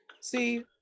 See